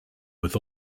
with